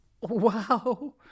Wow